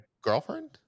girlfriend